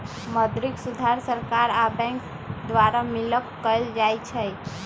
मौद्रिक सुधार सरकार आ बैंक द्वारा मिलकऽ कएल जाइ छइ